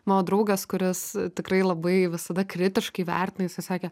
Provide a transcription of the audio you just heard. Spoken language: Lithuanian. mano draugas kuris tikrai labai visada kritiškai vertina jisai sakė